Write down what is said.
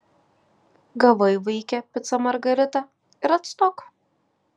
gavai vaike picą margaritą ir atstok